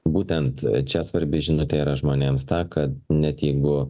būtent čia svarbi žinutė yra žmonėms ta kad net jeigu